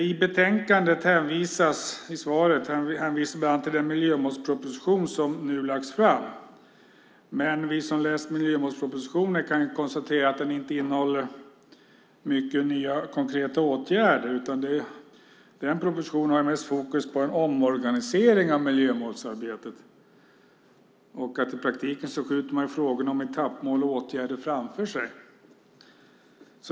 I betänkandet hänvisas bland annat till den miljömålsproposition som nu lagts fram. Men vi som har läst miljömålspropositionen kan ju konstatera att den inte innehåller några nya konkreta åtgärder. Den har fokus mest på en omorganisering av miljömålsarbetet. I praktiken skjuter man frågorna om etappmål och åtgärder framför sig.